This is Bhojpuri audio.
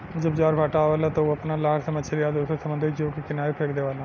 जब ज्वार भाटा आवेला त उ आपना लहर से मछली आ दुसर समुंद्री जीव के किनारे फेक देवेला